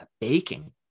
baking